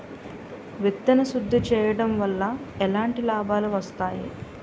విత్తన శుద్ధి చేయడం వల్ల ఎలాంటి లాభాలు వస్తాయి?